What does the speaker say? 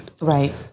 Right